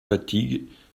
fatigues